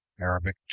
Arabic